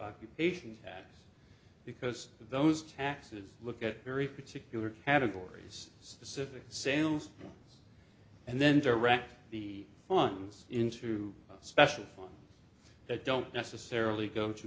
occupation because those taxes look at very particular categories specific sales and then direct the funds into a special fund that don't necessarily go to